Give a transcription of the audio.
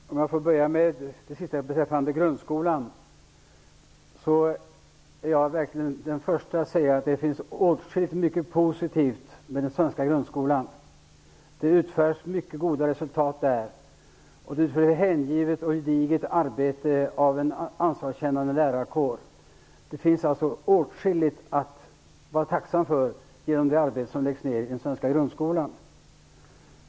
Herr talman! Låt mig börja med det sista, som gällde grundskolan. Jag är verkligen den förste att säga att det finns åtskilligt mycket positivt i den svenska grundskolan. Det åstadkoms mycket goda resultat där, och det utförs ett hängivet och gediget arbete av en ansvarskännande lärarkår. Det finns alltså åtskilligt att vara tacksam för i det arbete som utförs i den svenska grundskolan.